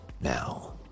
now